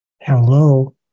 hello